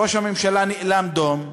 ראש הממשלה נאלם דום.